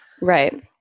Right